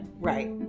Right